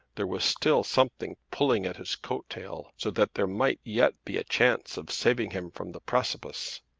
there was still something pulling at his coat-tail, so that there might yet be a chance of saving him from the precipice.